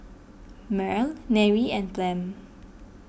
Merl Nery and Flem